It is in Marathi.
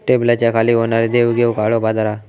टेबलाच्या खाली होणारी देवघेव काळो बाजार हा